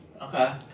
Okay